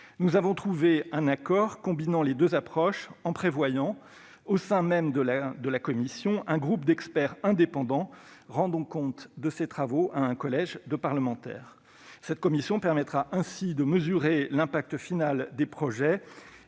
Nous avons trouvé un accord combinant les deux approches, en prévoyant au sein de la même commission un groupe d'experts indépendants rendant compte de ses travaux à un collège de parlementaires. Cette commission permettra ainsi de mesurer l'impact final des projets